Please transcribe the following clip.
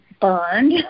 burned